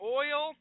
oil